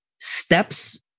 steps